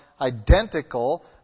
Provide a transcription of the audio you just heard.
identical